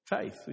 faith